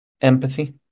empathy